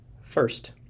First